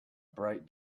bright